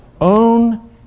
own